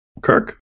Kirk